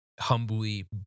humbly